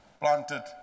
Planted